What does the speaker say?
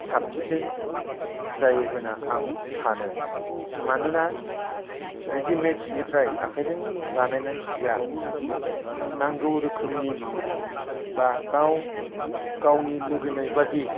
साबसिन जायो होन्ना आं सानो मानोना रेडिमेद सिनिफ्राय आखायजों बानायनाय सिया नांगौ रोखोमनि बा गाव गावनि लुगैनाय बादि